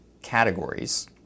categories